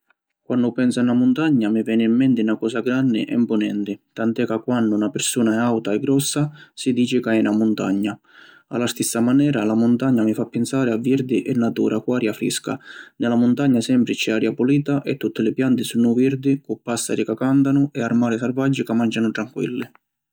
Quannu pensu a na muntagna mi veni in menti na cosa granni e mpunenti, tant’è ca quannu na pirsuna è auta e grossa si dici ca è na muntagna. A la stissa manera, la muntagna mi fa pinsari a virdi e natura cu aria frisca. Ni la muntagna sempri c’è aria pulita e tutti li pianti sunnu virdi cu pàssari ca cantanu e armali sarvaggi ca mancianu tranquilli.